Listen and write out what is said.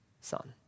son